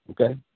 Okay